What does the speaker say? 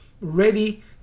ready